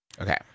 okay